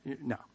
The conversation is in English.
No